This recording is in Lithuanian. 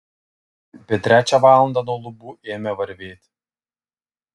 apie trečią valandą nuo lubų ėmė varvėti